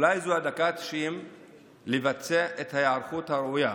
אולי זו הדקה ה-90 לבצע את ההיערכות הראויה